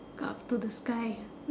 up to the sky